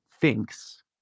thinks